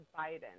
Biden